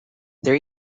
there